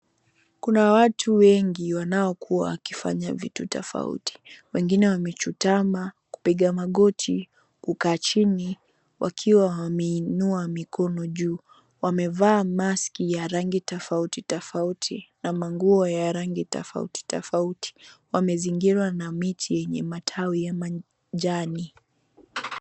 Kuna watu wengi wanaokuwa wakifanya vitu tofauti. Wengine wamechutama, kupiga magoti, kukaa chini, wakiwa wameinua mikono juu. Wamevaa maski ya rangi tofauti tofauti, na manguo ya rangi tofauti tofauti. Wamezingirwa na miti yenye matawi ya majani.